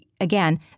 again